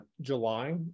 July